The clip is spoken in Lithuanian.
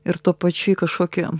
ir tuo pačiu į kažkokį